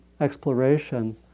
exploration